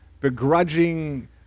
begrudging